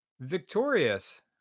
victorious